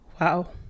wow